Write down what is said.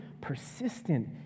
persistent